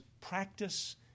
practice